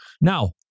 Now